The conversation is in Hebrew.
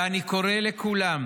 ואני קורא לכולם